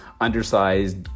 undersized